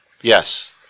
yes